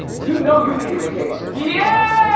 you know you need a vacation. yeah